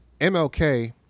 MLK